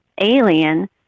alien